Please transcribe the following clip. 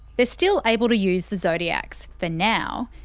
they're still able to use the zodiacs for now.